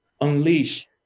unleash